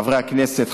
חברי הכנסת,